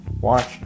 watch